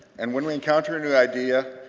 and when we encounter a new idea,